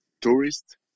tourist